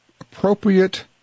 appropriate